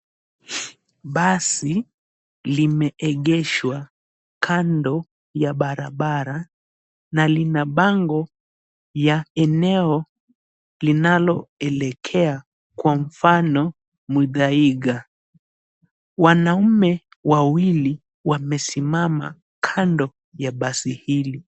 Basi limeegeshwa kando ya barabara na lina bango ya eneo linaloelekea kwa mfano Muthaiga. Wanaume wawili wamesimama kando ya basi hili.